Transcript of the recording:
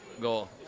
goal